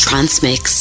Transmix